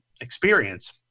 experience